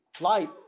light